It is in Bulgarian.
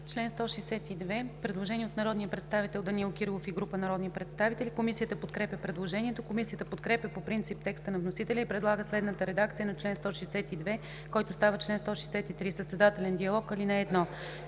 – предложение от народния представител Данаил Кирилов и група народни представители. Комисията подкрепя предложението. Комисията подкрепя по принцип текста на вносителя и предлага следната редакция на чл. 159, който става чл. 160: „Свободен избор на